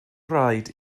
rhaid